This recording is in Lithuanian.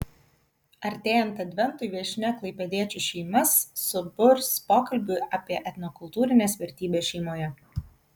artėjant adventui viešnia klaipėdiečių šeimas suburs pokalbiui apie etnokultūrines vertybes šeimoje